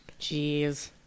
Jeez